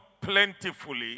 plentifully